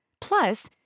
Plus